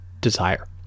desire